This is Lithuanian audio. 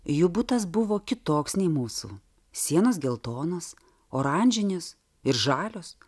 jų butas buvo kitoks nei mūsų sienos geltonos oranžinės ir žalios